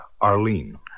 Arlene